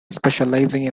specializing